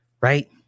Right